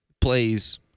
plays